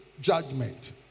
judgment